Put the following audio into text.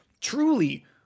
truly